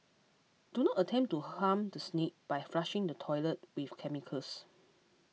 do not attempt to harm the snake by flushing the toilet with chemicals